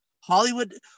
Hollywood